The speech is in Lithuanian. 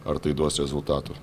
ar tai duos rezultatų